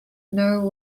know